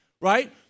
right